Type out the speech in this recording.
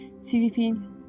cvp